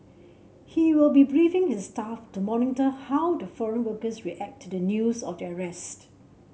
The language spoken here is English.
he will be briefing his staff to monitor how the foreign workers react to the news of the arrests